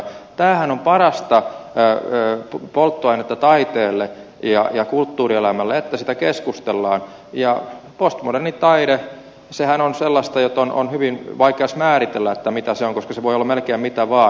tämähän on parasta polttoainetta taiteelle ja kulttuurielämälle että siitä keskustellaan ja postmoderni taidehan on sellaista jota on hyvin vaikea edes määritellä mitä se on koska se voi olla melkein mitä vaan